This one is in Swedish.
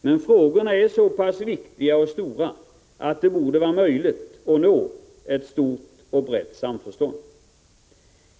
Men frågorna är så pass viktiga och stora att det borde vara möjligt att nå ett brett samförstånd.